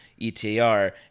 etr